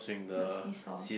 the see-saw